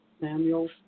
Samuel